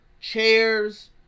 Chairs